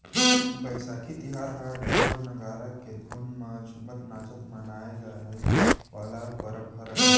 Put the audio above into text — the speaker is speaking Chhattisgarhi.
बइसाखी तिहार ह ढोर, नंगारा के धुन म झुमत नाचत मनाए जाए वाला परब हरय